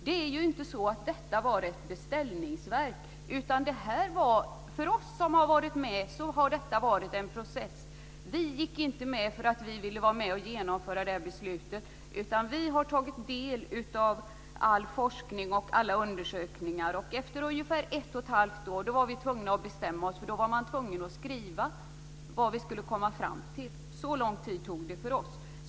Detta har inte varit ett beställningsverk, utan för oss som har varit med i utredningen har det här varit en process. Vi gick inte med på att arbeta i utredningen för att vi ville vara med och genomföra detta beslut, utan vi har tagit del av all forskning och alla undersökningar. Efter ca 1 1⁄2 år bestämde vi oss, för då var vi tvungna att skriva ned vad vi hade kommit fram till.